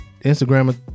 Instagram